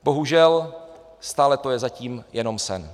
Bohužel stále to je zatím jenom sen.